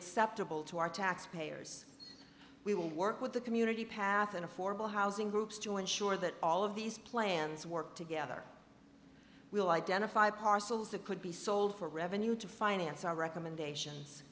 acceptable to our taxpayers we will work with the community path and affordable housing groups to ensure that all of these plans work together will identify parcels that could be sold for revenue to finance our recommendations